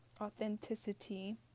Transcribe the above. authenticity